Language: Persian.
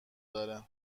داره